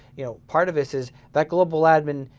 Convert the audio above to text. you know, part of this is that global admin,